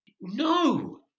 No